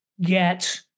get